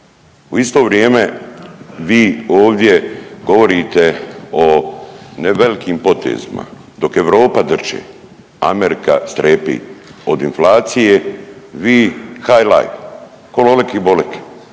U isto vrijeme vi ovdje govorite o ne velikim potezima dok Europa dršće, Amerika strepi od inflacije, vi high life ko Lolek i Bolek